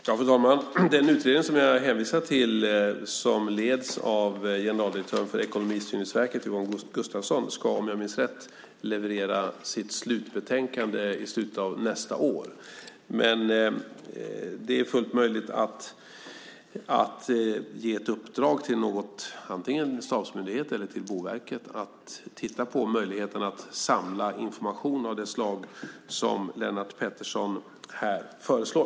Fru talman! Den utredning som jag hänvisade till, som leds av generaldirektören för Ekonomistyrningsverket Yvonne Gustafsson, ska om jag minns rätt leverera sitt slutbetänkande i slutet av nästa år. Dock är det fullt möjligt att ge ett uppdrag antingen till en stabsmyndighet eller till Boverket att titta på möjligheterna att samla information på det sätt som Lennart Pettersson föreslår.